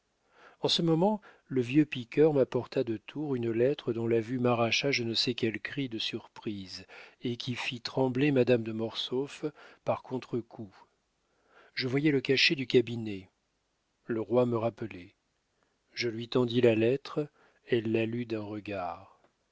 en ce moment le vieux piqueur m'apporta de tours une lettre dont la vue m'arracha je ne sais quel cri de surprise et qui fit trembler madame de mortsauf par contre-coup je voyais le cachet du cabinet le roi me rappelait je lui tendis la lettre elle la lut d'un regard